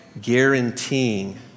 guaranteeing